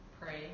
Pray